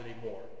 anymore